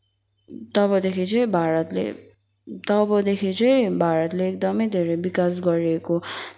तबदेखि चाहिँ भारतले तबदेखि चाहिँ भारतले एकदमै धेरै विकास गरेको